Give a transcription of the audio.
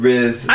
Riz